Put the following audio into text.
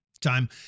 time